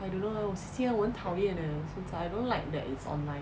I don't know lah 我 C_C_A 我很讨厌 leh since I don't like that it's online